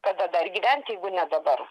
kada dar gyvent jeigu ne dabar